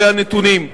אלה הנתונים.